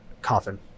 coffin